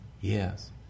yes